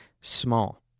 small